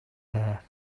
there